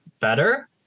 better